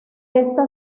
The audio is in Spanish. esta